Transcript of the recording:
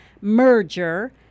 merger